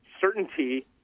certainty